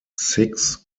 six